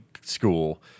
school